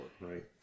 right